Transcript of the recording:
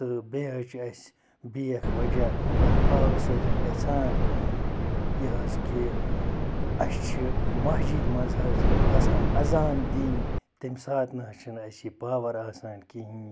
تہٕ بیٚیہِ حظ چھِ اَسہِ بیکھ وَجہ اَتھ پاورٕ سۭتۍ گژھان یہِ حظ کہِ اَسہِ چھِ مَسجِد منٛز حظ آسان اذان دِنۍ تَمہِ ساتہٕ نہٕ حظ چھِنہٕ اَسہِ یہِ پاوَر آسان کِہیٖنۍ